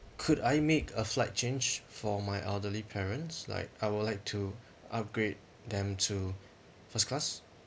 could I make a flight change for my elderly parents like I would like to upgrade them to first class